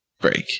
Break